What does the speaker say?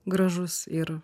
gražus ir